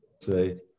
say